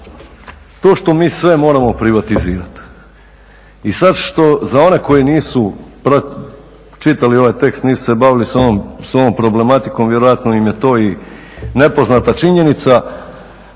to što mi sve moramo privatizirati. I sada za one koji nisu čitali ovaj tekst nisu se bavili s ovom problematikom vjerojatno im je to i nepoznata činjenica,